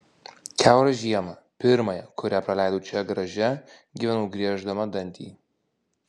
kiaurą žiemą pirmąją kurią praleidau čia garaže gyvenau grieždama dantį